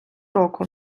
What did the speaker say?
року